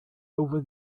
over